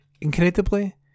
Incredibly